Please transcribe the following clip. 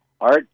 Art